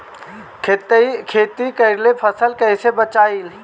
खेती कईल फसल कैसे बचाई?